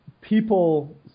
people